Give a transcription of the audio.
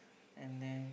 and then